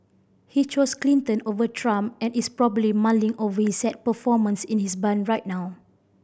he chose Clinton over Trump and is probably mulling over his sad performance in his barn right now